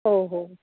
हो हो